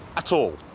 at all.